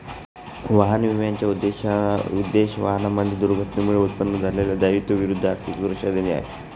वाहन विम्याचा उद्देश, वाहनांमध्ये दुर्घटनेमुळे उत्पन्न झालेल्या दायित्वा विरुद्ध आर्थिक सुरक्षा देणे आहे